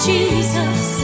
Jesus